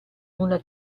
una